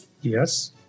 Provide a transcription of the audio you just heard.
Yes